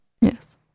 Yes